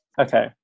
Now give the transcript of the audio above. Okay